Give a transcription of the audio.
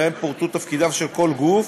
ובהן פורטו תפקידיו של כל גוף